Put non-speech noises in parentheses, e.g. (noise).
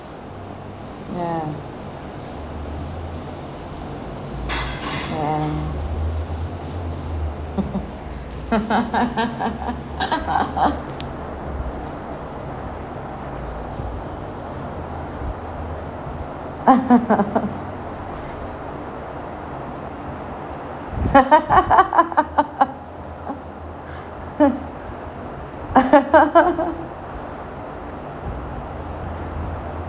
ya ya (laughs)